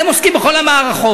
הם עוסקים בכל המערכות.